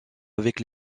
avec